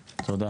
תודה.